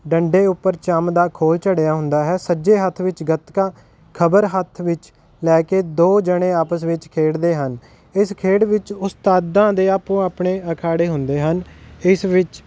ਡੰਡੇ ਉੱਪਰ ਚੰਮ ਦਾ ਖੋਲ ਚੜਿਆ ਹੁੰਦਾ ਹੈ ਸੱਜੇ ਹੱਥ ਵਿੱਚ ਗੱਤਕਾ ਖਬਰ ਹੱਥ ਵਿੱਚ ਲੈ ਕੇ ਦੋ ਜਣੇ ਆਪਸ ਵਿੱਚ ਖੇਡਦੇ ਹਨ ਇਸ ਖੇਡ ਵਿੱਚ ਉਸਤਾਦਾਂ ਦੇ ਆਪੋ ਆਪਣੇ ਅਖਾੜੇ ਹੁੰਦੇ ਹਨ ਇਸ ਵਿੱਚ